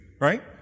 right